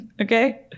Okay